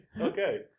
Okay